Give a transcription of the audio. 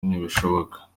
ntibishoboka